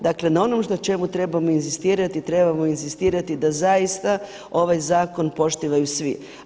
Dakle na onom na čemu trebamo inzistirati, trebamo inzistirati da zaista ovaj zakon poštuju svi.